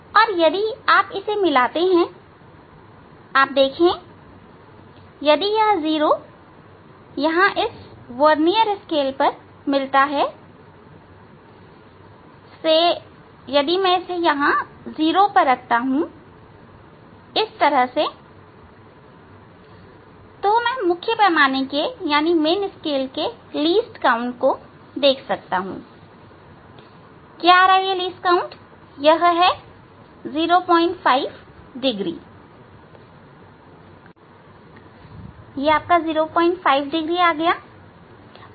हां और यदि आप इसे मिलाते हैं आप देखें यदि यह 0 यहां इस वर्नियर स्केल पर मिलता है माना यदि मैं इसे यहां 0 पर रखता हूं इस तरह हां तब मैं मुख्य पैमाने के सबसे छोटे भाग को देख सकता हूं यह 05 डिग्री है